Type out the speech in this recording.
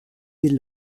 des